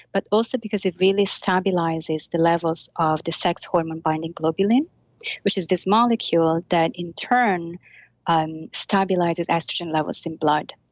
but mostly because it really stabilizes the levels of the sex hormone binding globulin which is this molecule that in turn um stabilizes estrogen levels in blood.